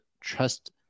trust